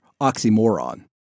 oxymoron